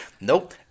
nope